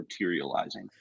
materializing